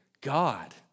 God